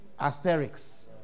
Asterix